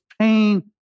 pain